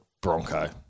Bronco